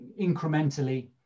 incrementally